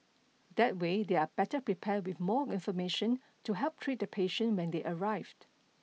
that way they are better prepared with more information to help treat the patient when they arrived